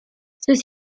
sus